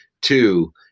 Two